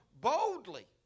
boldly